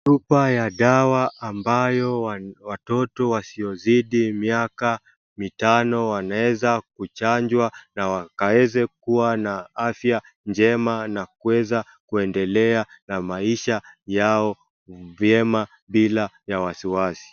Chupa ya dawa ambayo watoto wasiozidi miaka mitano wanaweza kuchanjwa na wakaeze kuwa na afya njema na kuweza kuendelea na maisha yao vyema bila ya wasiwasi.